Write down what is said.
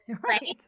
Right